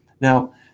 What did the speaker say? Now